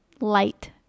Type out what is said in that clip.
light